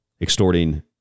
extorting